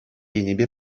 енӗпе